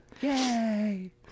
Yay